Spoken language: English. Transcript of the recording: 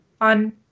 on